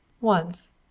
Once